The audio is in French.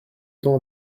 temps